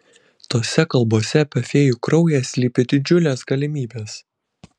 tose kalbose apie fėjų kraują slypi didžiulės galimybės